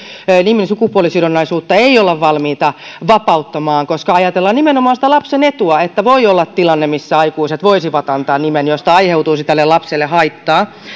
nimen sukupuolisidonnaisuutta ei olla valmiita vapauttamaan koska ajatellaan nimenomaan sitä lapsen etua että voi olla tilanne missä aikuiset voisivat antaa nimen josta aiheutuisi tälle lapselle haittaa